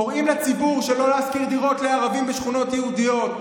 קוראים לציבור שלא להשכיר דירות לערבים בשכונות יהודיות,